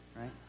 right